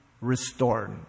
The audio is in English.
restored